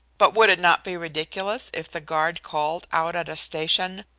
but would it not be ridiculous if the guard called out at a station,